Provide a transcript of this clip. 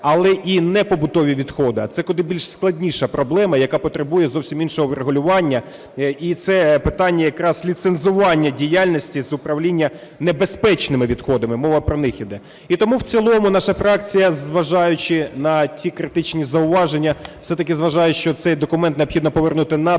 але і непобутові відходи, а це куди більш складніша проблема, яка потребує зовсім іншого врегулювання. І це питання якраз ліцензування діяльності з управління небезпечними відходами, мова про них йде. І тому в цілому наша фракція, зважаючи на ті критичні зауваження, все-таки вважає, що цей документ необхідно повернути на